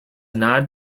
nod